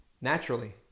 naturally